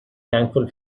thankful